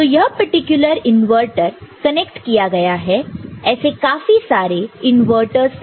तो यह particular inverter connect किया गया है ऐसे काफी सारे इनवर्टर से